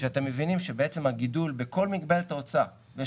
שאתם מבינים שבעצם הגידול בכל מגבלת ההוצאה בין